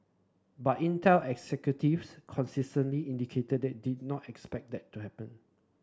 but Intel executives consistently indicated that they did not expect that to happen